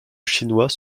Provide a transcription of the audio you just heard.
chinois